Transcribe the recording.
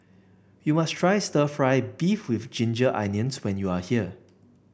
you must try stir fry beef with Ginger Onions when you are here